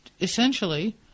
essentially